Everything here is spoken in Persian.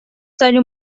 داریم